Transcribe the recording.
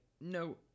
no